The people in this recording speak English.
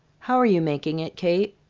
how are you making it, kate?